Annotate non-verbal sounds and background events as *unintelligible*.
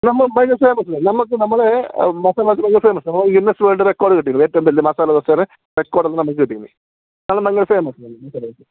നമ്മൾ മൈനസ് ചെയ്യാൻ പറ്റില്ല നമ്മൾക്ക് നമ്മൾ മസാലദോശ *unintelligible* ഗിന്നസ് വേൾഡ് റെക്കോർഡ് കിട്ടിന് ഏറ്റവും വലിയ മസാലദോശയുടെ റെക്കോർഡ് ആണ് നമുക്ക് കിട്ടിന് അതു കൊണ്ട് *unintelligible* മസാലദോശ